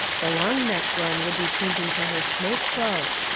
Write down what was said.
the long-necked one would be changing to her snake clothes.